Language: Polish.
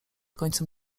końcem